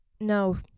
No